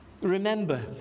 Remember